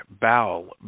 bowel